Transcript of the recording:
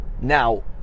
Now